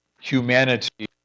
humanity